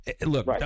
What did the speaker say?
Look